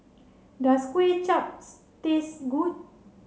does Kuay Chaps taste good